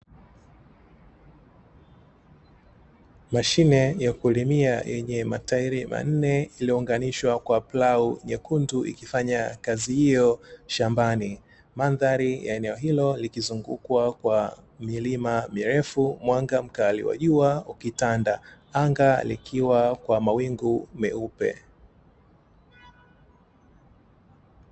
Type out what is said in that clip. Mashine ya kulimia yenye mataili manne lililounganishwa kwa plau nyekundu ikifanya kazi hiyo shambani. Mandhari ya eneo hilo likizungukwa kwa milima mirefu mwanga mkali wa jua ukitanda anga likiwa kwa mawingu meupe.